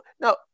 Now